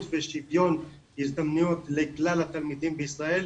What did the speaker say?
ושיוון הזדמנויות לכלל התלמידים בישראל,